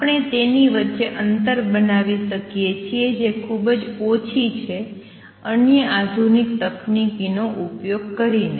આપણે તેની વચ્ચે અંતર બનાવી શકીએ છીએ જે ખુબજ ઓછી છે અન્ય આધુનિક તકનીકનો ઉપયોગ કરીને